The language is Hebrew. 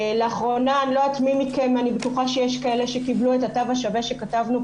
אני בטוחה שיש כאלה שקיבלו את התו השווה שכתבנו,